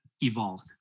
evolved